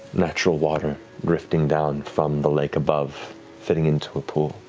natural water drifting down from the lake above fitting into a pool.